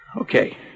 Okay